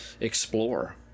explore